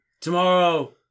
Tomorrow